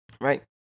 right